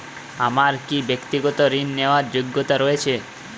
আমার কী ব্যাক্তিগত ঋণ নেওয়ার যোগ্যতা রয়েছে?